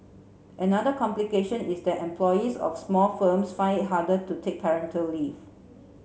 another complication is that employees of small firms find it harder to take parental leave